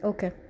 Okay